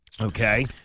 Okay